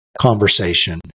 conversation